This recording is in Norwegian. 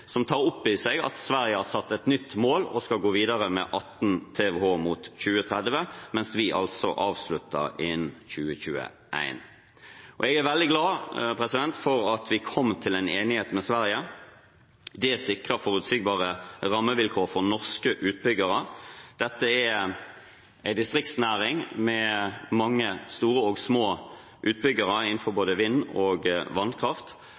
som tar opp i seg at Sverige har satt et nytt mål og skal gå videre med 18 TWh mot 2030, mens vi altså avslutter innen 2021. Jeg er veldig glad for at vi kom til en enighet med Sverige. Det sikrer forutsigbare rammevilkår for norske utbyggere. Dette er en distriktsnæring med mange store og små utbyggere innenfor både vind- og vannkraft,